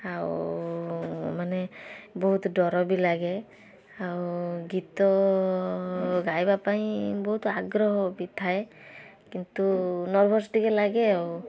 ଆଉ ମାନେ ବହୁତ ଡ଼ର ବି ଲାଗେ ଆଉ ଗୀତ ଗାଇବା ପାଇଁ ବହୁତ ଆଗ୍ରହ ବି ଥାଏ କିନ୍ତୁ ନର୍ଭସ ଟିକେ ଲାଗେ ଆଉ